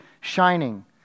shining